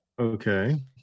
Okay